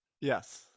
yes